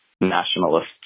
nationalist